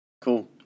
cool